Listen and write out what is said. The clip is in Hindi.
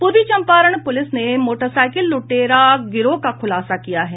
पूर्वी चंपारण प्रलिस ने मोटरसाईकिल लुटेरा गिरोह का खुलासा किया है